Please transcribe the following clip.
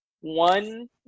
one